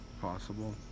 possible